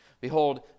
Behold